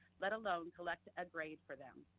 let alone collect a grade for them.